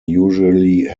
usually